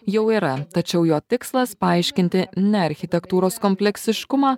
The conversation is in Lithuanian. jau yra tačiau jo tikslas paaiškinti ne architektūros kompleksiškumą